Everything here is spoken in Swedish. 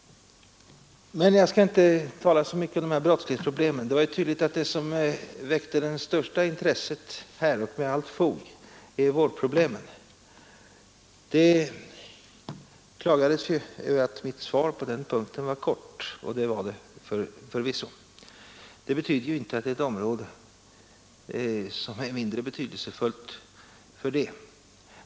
Men jag skall inte tala så mycket om dessa brottslighetsproblem. Det var tydligt att det som väckt det största intresset i denna debatt — och det med allt fog — är vårdproblemen. Det klagades över att mitt svar på denna punkt var kort, och det var det förvisso. Det betyder fördenskull inte att området är mindre betydelsefullt.